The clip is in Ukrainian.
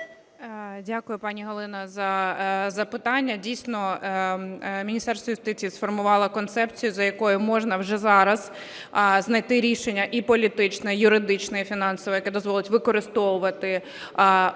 Дякую, пані Галино, за запитання. Дійсно, Міністерство юстиції сформувало концепцію, за якою можна вже зараз знайти рішення і політичне, і юридичне, і фінансове, яке дозволить використовувати всі